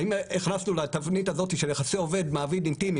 האם הכנסנו לתבנית הזאת של יחסי עובד מעביד אינטימי,